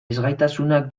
ezgaitasunak